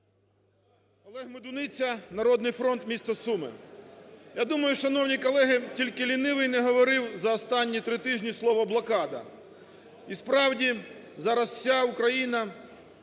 Олег Медуниця, "Народний фронт", місто Суми. Я думаю, шановні колеги, тільки лінивий не говорив за останні три тижні слово "блокада". І, справді, зараз вся Україна,